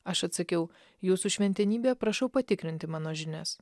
aš atsakiau jūsų šventenybe prašau patikrinti mano žinias